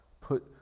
Put